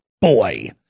boy